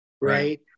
Right